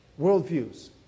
worldviews